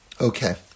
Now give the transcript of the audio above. Okay